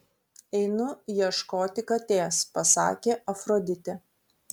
einu ieškoti katės pasakė afroditė